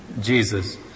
Jesus